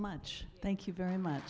much thank you very much